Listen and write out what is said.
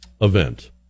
event